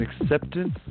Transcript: acceptance